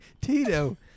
Tito